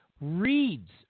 reads